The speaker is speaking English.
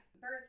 birth